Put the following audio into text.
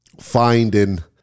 finding